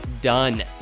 done